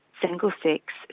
single-sex